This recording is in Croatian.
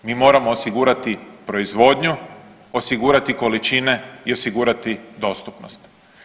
M i moramo osigurati proizvodnju, osigurati količine i osigurati dostupnost.